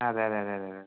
അതെ അതെ അതെ അതെ അതെ